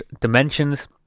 dimensions